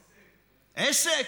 עסק.